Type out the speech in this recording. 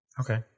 Okay